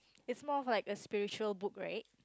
is more of like a spiritual book right